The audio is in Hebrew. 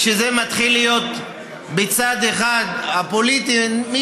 כשזה מתחיל להיות בצד פוליטי אחד,